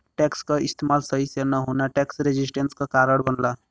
tax क इस्तेमाल सही से न होना टैक्स रेजिस्टेंस क कारण बनला